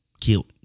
killed